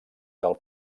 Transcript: del